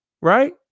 Right